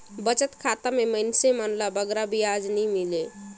बचत खाता में मइनसे मन ल बगरा बियाज नी मिले